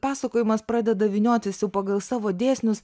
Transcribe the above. pasakojimas pradeda vyniotis jau pagal savo dėsnius